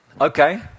Okay